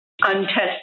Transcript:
Untested